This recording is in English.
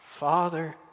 Father